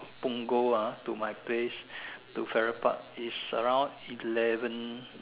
Punggol ah to my place to Farrer Park is around eleven